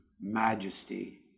majesty